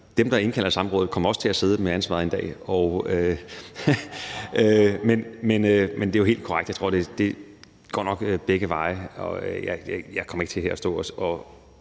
Dem, der indkalder til samråd, kommer også til at sidde med ansvaret en dag. Men det er jo helt korrekt; jeg tror, at det nok går begge veje. Jeg kommer ikke til her at stå